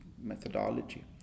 methodology